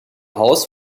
haus